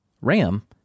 Ram